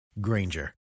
Granger